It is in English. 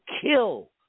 kill